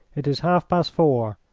it is half-past four,